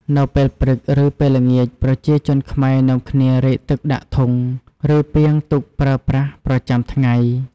នៅពេលព្រឹក ឬ ពេលល្ងាច ប្រជាជនខ្មែរនំាគ្នារែកទឹកដាក់ធុង ឬ ពាងទុកប្រើប្រាស់ប្រចាំថ្ងៃ។